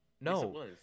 No